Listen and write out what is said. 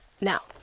now